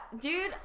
dude